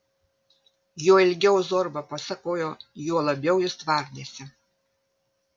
juo ilgiau zorba pasakojo juo labiau jis tvardėsi